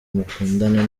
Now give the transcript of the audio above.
mukundana